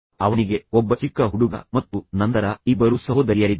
ಅವನಿಗೆ ಒಬ್ಬ ಚಿಕ್ಕ ಹುಡುಗ ಮತ್ತು ನಂತರ ಇಬ್ಬರು ಸಹೋದರಿಯರಿದ್ದರು